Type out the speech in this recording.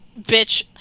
bitch